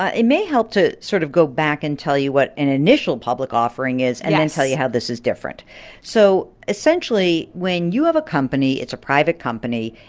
ah it may help to sort of go back and tell you what an initial public offering is and then tell you how this is different yes so, essentially, when you have a company, it's a private company.